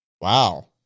Wow